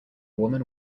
woman